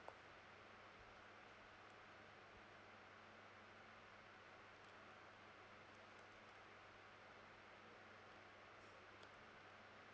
uh